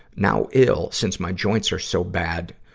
now ill, since my joints are so bad,